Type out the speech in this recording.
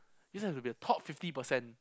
this has to be the top fifty percent